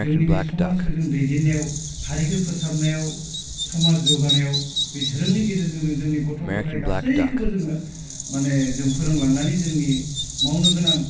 जोंनि बे समाजखौ जों दैदेननायाव हारिखौ फोसाबनायाव समाज जौगानायाव बे धोरोमनि गेजेरजोंनो जोंनि गथ' गथाइ गासैखौबो जोङो माने जों फोरोंलांनानै जोंनि मावनोगोनां